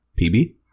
PB